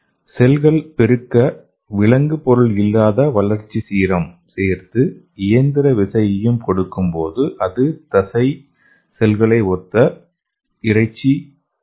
செல்கள் பெருக்க விலங்கு பொருள் இல்லாத வளர்ச்சி சீரம் சேர்த்து இயந்திர விசையையும் கொடுக்கும்போது அது தசை செல்களை ஒத்த இறைச்சி கிடைக்கும்